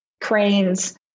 cranes